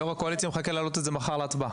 יו"ר הקואליציה מחכה להעלות את זה מחר להצבעה.